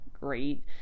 great